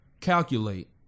calculate